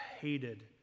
hated